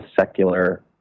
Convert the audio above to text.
secular